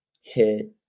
hit